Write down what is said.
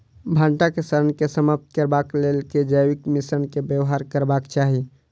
भंटा केँ सड़न केँ समाप्त करबाक लेल केँ जैविक मिश्रण केँ व्यवहार करबाक चाहि?